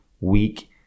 week